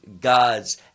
God's